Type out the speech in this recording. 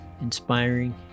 inspiring